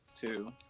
Two